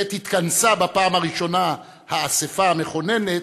עת התכנסה בפעם הראשונה האספה המכוננת,